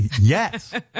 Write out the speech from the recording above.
yes